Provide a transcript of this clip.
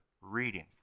reading